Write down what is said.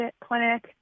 Clinic